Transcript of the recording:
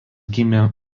gimė